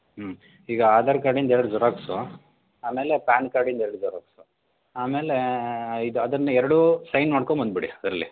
ಹ್ಞೂ ಈಗ ಆಧಾರ ಕಾರ್ಡಿನ್ದು ಎರ್ಡು ಜೆರಾಕ್ಸು ಆಮೇಲೆ ಪ್ಯಾನ್ ಕಾರ್ಡಿನ್ದು ಎರಡು ಜೆರಾಕ್ಸು ಆಮೇಲೆ ಇದು ಅದನ್ನು ಎರಡೂ ಸೈನ್ ಮಾಡ್ಕೊಂಬಂದ್ಬಿಡಿ ಅದರಲ್ಲಿ